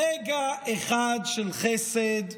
רגע אחד של חסד.